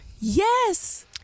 Yes